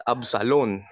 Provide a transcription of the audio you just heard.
Absalon